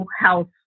health